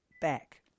back